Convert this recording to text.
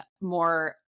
more